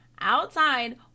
outside